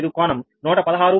885కోణం 116